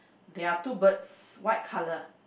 there are two birds white colour